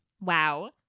Wow